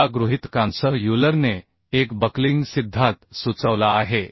या गृहितकांसह युलरने एक बक्लिंग सिद्धांत सुचवला आहे